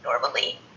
normally